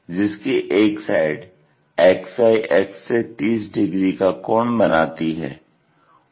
जिसकी एक side XY अक्ष से 30 डिग्री का कोण बनाती है